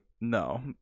no